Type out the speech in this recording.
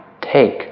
take